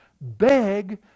beg